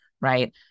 right